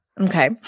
okay